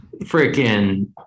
Freaking